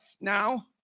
Now